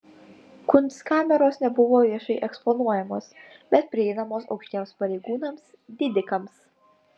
kunstkameros nebuvo viešai eksponuojamos bet prieinamos aukštiems pareigūnams didikams